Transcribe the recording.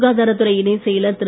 சுகாதாரத்துறை இணைச் செயலர் திரு